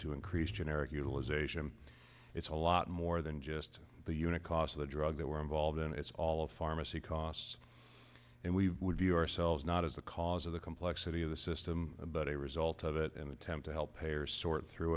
to increase generic utilization it's a lot more than just the unit cost of the drug that we're involved in it's all of pharmacy costs and we would view ourselves not as the cause of the complexity of the system but a result of it and attempt to help payers sort through